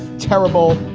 terrible,